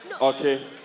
Okay